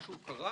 משהו קרה